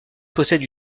possède